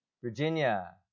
Virginia